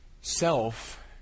self